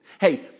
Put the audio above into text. hey